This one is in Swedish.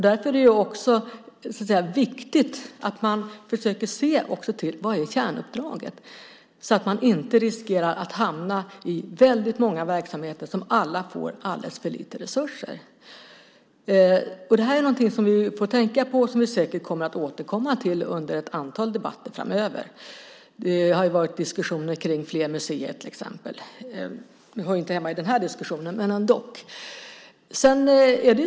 Därför är det också viktigt att man försöker se till vad som är kärnuppdraget så att man inte riskerar att hamna i väldigt många verksamheter som alla får alldeles för lite resurser. Det är något som vi får tänka på och som vi säkert kommer att återkomma till under ett antal debatter framöver. Det har ju varit diskussioner kring fler museer till exempel. Det hör inte hemma i den här diskussionen, men ändock.